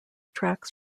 tracks